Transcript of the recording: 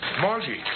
Margie